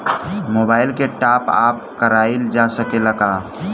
Mobile के top आप कराइल जा सकेला का?